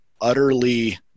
utterly